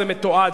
זה מתועד,